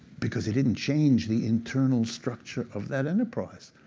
because it didn't change the internal structure of that enterprise.